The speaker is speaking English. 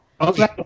okay